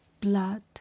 blood